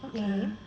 okay